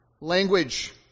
language